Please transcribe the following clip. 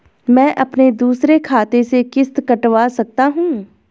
मैं अपने दूसरे खाते से किश्त कटवा सकता हूँ?